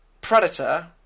Predator